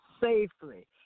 safely